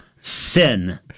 sin